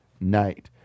Night